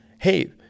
Hey